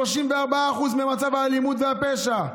34% ממצב האלימות והפשע,